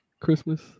Christmas